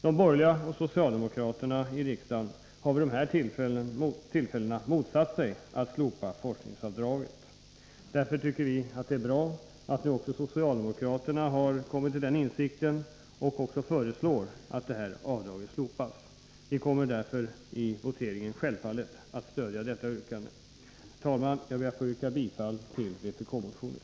De borgerliga och socialdemokraterna i riksdagen har vid tidigare tillfällen motsatt sig att slopa forskningsavdraget. Därför tycker vi att det är bra att socialdemokraterna har kommit till samma insikt som vi och också föreslår att avdraget slopas. Vi kommer därför att i voteringen självfallet stödja detta yrkande. Herr talman! Jag ber att få yrka bifall till vpk-motionen.